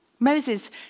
Moses